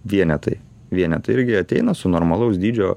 vienetai vienetai irgi ateina su normalaus dydžio